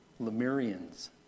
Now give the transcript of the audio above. Lemurians